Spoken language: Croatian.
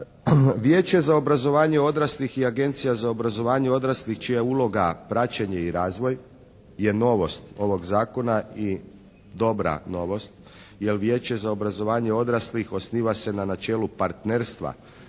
Vijeće za obrazovanje odraslih i Agencija za obrazovanje odraslih čija je uloga praćenje i razvoj je novost ovog zakona i dobra novost jer Vijeće za obrazovanje odraslih osniva se na načelu partnerstva.